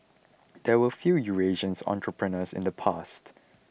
there were few Eurasian entrepreneurs in the past